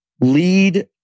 lead